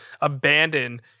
abandon